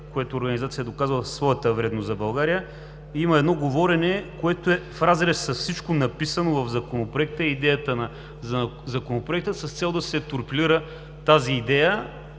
която организация е доказала своята вредност за България, и има едно говорене, което е в разрез с всичко написано в Законопроекта и идеята на Законопроекта с цел да се торпилира тази идея